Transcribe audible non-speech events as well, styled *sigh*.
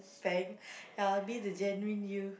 thank *breath* ya be the genuine you